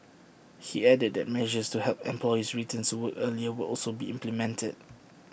he added that measures to help employees returns to work earlier will also be implemented